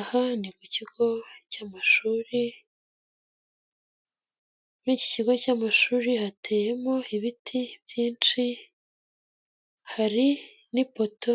Aha ni ku kigo cy'amashuri, kuri iki kigo cy'amashuri hateyemo ibiti byinshi, hari n'ipoto